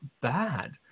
bad